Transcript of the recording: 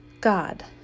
God